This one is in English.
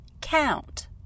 count